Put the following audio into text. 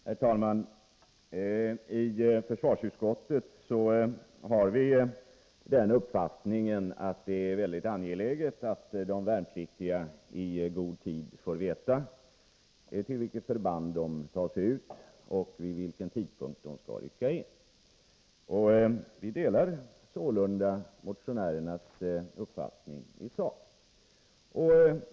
Herr talman! Vii försvarsutskottet har den uppfattningen att det är mycket angeläget att de värnpliktiga i god tid får veta vilket förband de tas ut till och vid vilken tidpunkt de skall rycka in. Vi delar sålunda motionärernas uppfattning i sak.